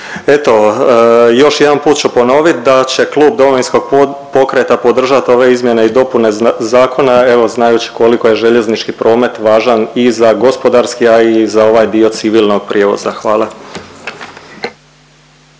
Eto, još jedanput ću ponovit da će Klub Domovinskog pokreta podržat ove izmjene i dopune zakona, evo znajući koliko je željeznički promet važan i za gospodarski, a i za ovaj dio civilnog prijevoza, hvala.